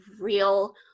real